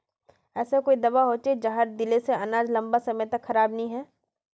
ऐसा कोई दाबा होचे जहाक दिले से अनाज लंबा समय तक खराब नी है?